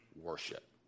worship